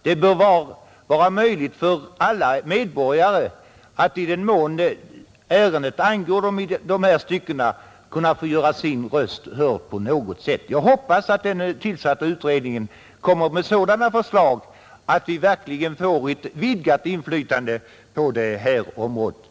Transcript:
Det bör ges tillfälle för alla medborgare att i den mån ärendet angår dem i dessa stycken få göra sin röst hörd på något sätt. Jag hoppas därför att den tillsatta utredningen kommer med sådana förslag att vi verkligen får ett vidgat inflytande på det här området.